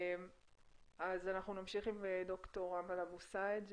אנחנו נמשיך עם ד"ר אמאל אבו סעד,